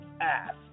ass